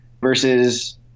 versus